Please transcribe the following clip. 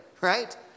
right